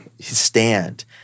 stand